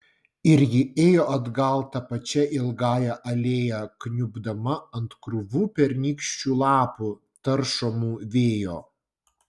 ir ji ėjo atgal ta pačia ilgąja alėja kniubdama ant krūvų pernykščių lapų taršomų vėjo